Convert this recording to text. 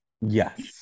Yes